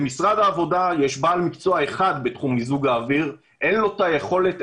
למשרד העבודה יש בעל מקצוע אחד בתחום מיזוג האוויר ואין לו את היכולת,